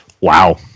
wow